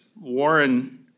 Warren